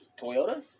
Toyota